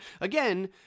again